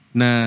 na